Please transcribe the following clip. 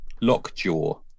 Lockjaw